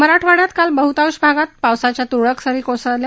मराठवाङ्यात काल बहुतांश भागात पावसाच्या तुरळक सरी कोसळल्या